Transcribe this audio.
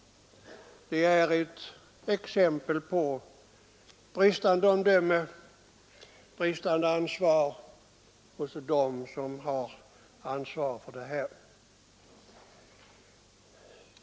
Det var ett exempel på bristande omdöme hos dem som hade ansvaret för programmet.